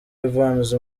evans